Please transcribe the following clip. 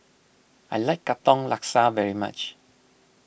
I like Katong Laksa very much